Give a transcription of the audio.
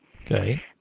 Okay